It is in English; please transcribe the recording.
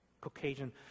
Caucasian